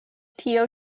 tio